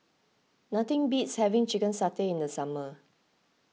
nothing beats having Chicken Satay in the summer